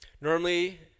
Normally